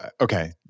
okay